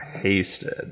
hasted